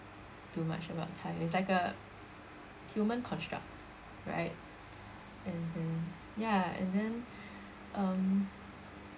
do much about time it's like a human construct right and then ya and then um